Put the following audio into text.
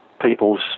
people's